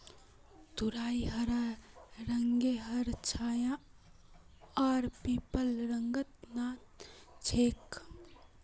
तुरई हरा रंगेर हर छाया आर पीलक रंगत ह छेक